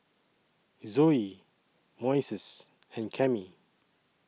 Zoey Moises and Cammie